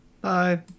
Bye